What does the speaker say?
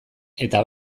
eta